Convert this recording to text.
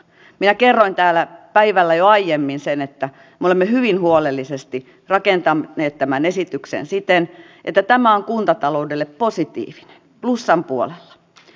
minä kerroin täällä päivällä jo aiemmin sen että me olemme hyvin huolellisesti rakentaneet tämän esityksen siten että tämä on kuntataloudelle positiivinen plussan puolella